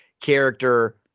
character